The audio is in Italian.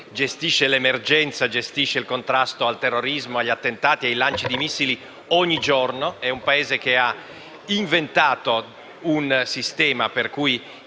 gestisce l'emergenza ed il contrasto al terrorismo, agli attentati ed al lancio di missili ogni giorno. È un Paese che ha inventato un sistema di